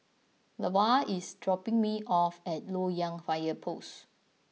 Lavar is dropping me off at Loyang Fire Post